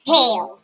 Hell